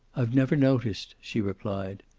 i've never noticed, she replied.